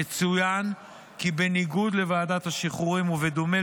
יצוין כי בניגוד לוועדת השחרורים ובדומה